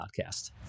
podcast